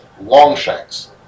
Longshanks